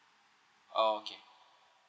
oh okay